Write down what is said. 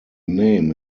name